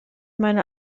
meine